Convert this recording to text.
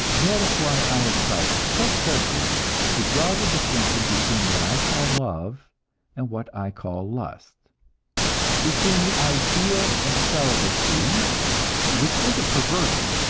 that is why i have tried so carefully to draw the distinction between what i call love and what i call lust between the ideal of celibacy which is a perversion,